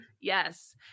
Yes